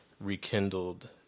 rekindled